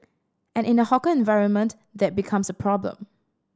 and in the hawker environment that becomes a problem